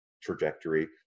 trajectory